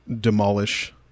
demolish